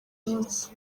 munsi